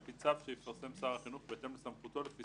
על פי צו שיפרסם שר החינוך בהתאם לסמכותו לפי